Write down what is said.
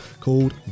called